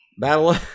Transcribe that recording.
Battle